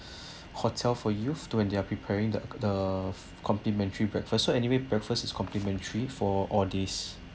hotel for you and they are preparing the the complimentary breakfast so anyway breakfast is complimentary for all the days